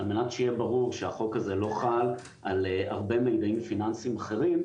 על מנת שיהיה ברור שהחוק הזה לא חל על הרבה מיידעים פיננסיים אחרים,